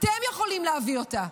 אתם יכולים להביא אותה.